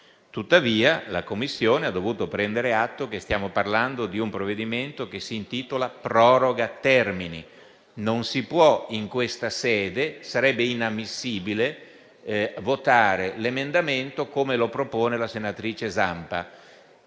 Tuttavia la Commissione ha dovuto prendere atto che stiamo parlando di un provvedimento che si intitola "proroga termini". Dunque non si può, in questa sede, perché sarebbe inammissibile, votare l'emendamento come lo propone la senatrice Zampa.